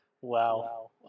Wow